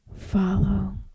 Follow